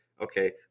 okay